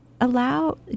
allow